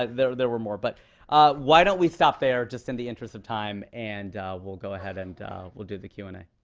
ah there there were more, but why don't we stop there, just in the interest of time? and we'll go ahead and we'll do the q and a.